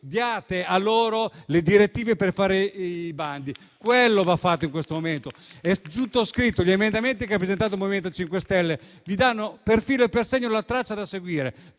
diate loro le direttive per fare i bandi. Questo è ciò che va fatto in questo momento. È tutto scritto: gli emendamenti che ha presentato il MoVimento 5 Stelle vi danno per filo e per segno la traccia da seguire.